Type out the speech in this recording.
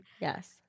yes